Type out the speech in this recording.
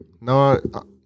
No